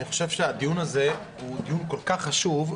אני חושב שהוא דיון כל כך חשוב,